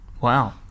Wow